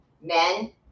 Men